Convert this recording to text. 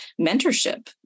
mentorship